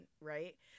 Right